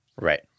Right